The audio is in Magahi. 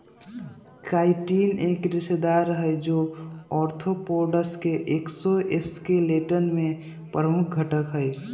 काइटिन एक रेशेदार हई, जो आर्थ्रोपोड्स के एक्सोस्केलेटन में प्रमुख घटक हई